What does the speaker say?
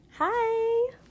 hi